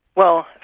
well,